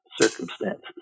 circumstances